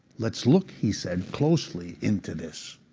let's look, he said, closely into this.